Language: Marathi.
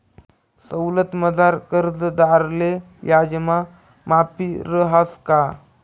सवलतमझार कर्जदारले याजमा माफी रहास का?